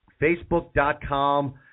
facebook.com